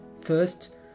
first